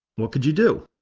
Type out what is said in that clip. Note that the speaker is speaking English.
what could you do?